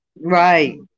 Right